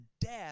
death